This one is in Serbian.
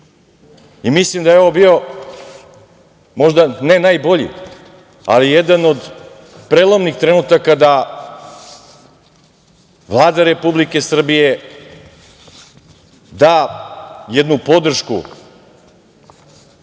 da je ovo bio, možda ne najbolji, ali jedan od prelomnih trenutaka da Vlada Republike Srbije da jednu podršku